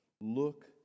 look